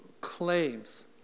claims